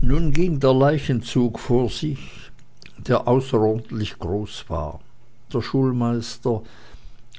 nun ging der leichenzug vor sich der außerordentlich groß war der schulmeister